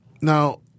now